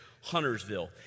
Huntersville